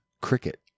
cricket